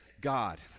God